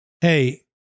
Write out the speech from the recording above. hey